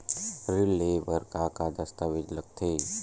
ऋण ले बर का का दस्तावेज लगथे?